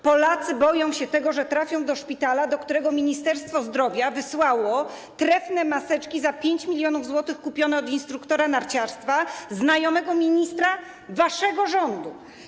Polacy boją się tego, że trafią do szpitala, do którego Ministerstwo Zdrowia wysłało trefne maseczki kupione za 5 mln zł od instruktora narciarstwa, znajomego ministra waszego rządu.